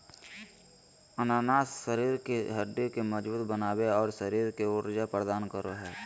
अनानास शरीर के हड्डि के मजबूत बनाबे, और शरीर के ऊर्जा प्रदान करो हइ